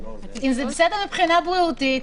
אם זה בסדר מבחינה בריאותית,